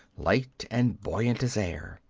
light and buoyant as air.